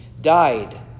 died